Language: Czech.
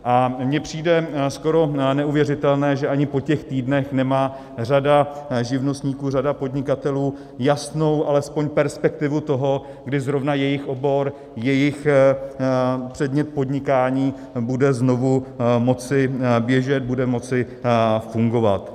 A mně přijde skoro neuvěřitelné, že ani po těch týdnech nemá řada živnostníků, řada podnikatelů jasnou alespoň perspektivu toho, kdy zrovna jejich obor, jejich předmět podnikání bude znovu moci běžet, bude moci fungovat.